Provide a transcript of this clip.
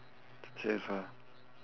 chef ah